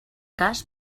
cas